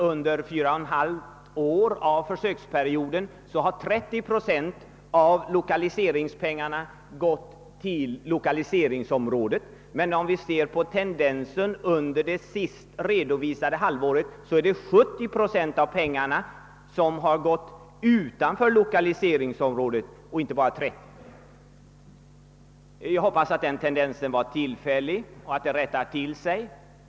Under fyra och ett halvt år av försöksperioden har 30 procent av lokaliseringspengarna gått utanför 1okaliseringsområdet. Men om vi ser på tendensen under det senast redovisade halvåret har 70 procent av pengarna fördelats utanför lokaliseringsområdet. Jag hoppas att denna tendens är till fällig och att det hela rättar till sig.